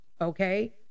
okay